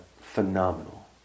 phenomenal